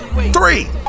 Three